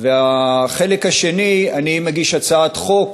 2. אני מגיש הצעת חוק